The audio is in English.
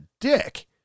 dick